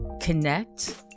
connect